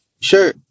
Sure